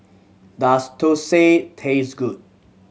does thosai taste good